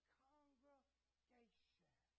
congregation